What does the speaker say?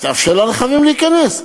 אז תאפשר לרכבים להיכנס.